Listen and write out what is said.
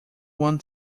one